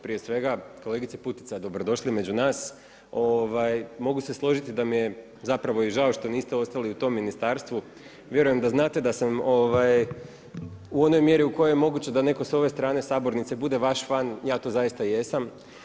Prije svega, kolegice Putica dobrodošli među nas, mogu se složiti da mi je zapravo i žao što niste ostali u tom ministarstvu, vjerujem da znate da sam u onoj mjeri u kojoj je moguće, da netko s ove strane sabornice bude vaš fan, ja to zaista jesam.